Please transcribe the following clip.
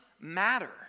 matter